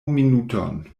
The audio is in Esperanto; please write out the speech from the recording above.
minuton